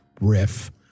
riff